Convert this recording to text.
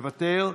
מוותר,